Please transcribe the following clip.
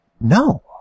No